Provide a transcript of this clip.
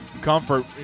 comfort